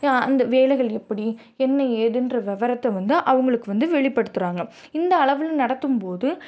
அந்த வேலைகள் எப்படி என்ன ஏதுன்ற விவரத்த வந்து அவங்களுக்கு வந்து வெளிப்படுத்துகிறாங்க இந்த அளவில் நடத்தும் போது